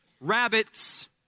rabbits